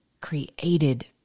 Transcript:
created